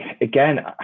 again